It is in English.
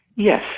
Yes